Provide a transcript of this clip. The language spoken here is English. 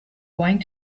going